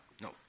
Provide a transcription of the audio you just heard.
no